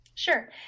Sure